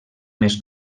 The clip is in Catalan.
més